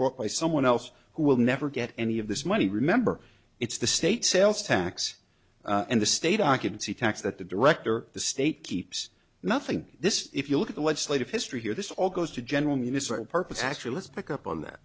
book by someone else who will never get any of this money remember it's the state sales tax and the state i can see tax that the director the state keeps nothing this is if you look at the legislative history here this all goes to general municipal purpose actually let's pick up on that